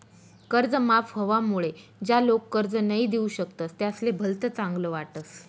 कर्ज माफ व्हवामुळे ज्या लोक कर्ज नई दिऊ शकतस त्यासले भलत चांगल वाटस